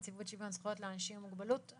נציבות שוויון זכויות לאנשים עם מוגבלות.